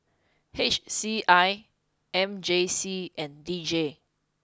H C I M J C and D J